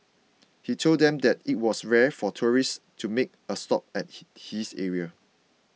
he told them that it was rare for tourists to make a stop at this this area